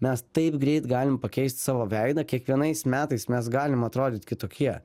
mes taip greit galim pakeisti savo veidą kiekvienais metais mes galim atrodyt kitokie